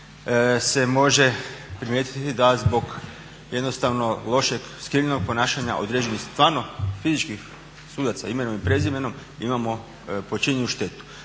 se može primijetiti da zbog jednostavnog lošeg skrivljenog ponašanja određenih stvarno fizičkih sudaca imenom i prezimenom imamo počinjenu štetu.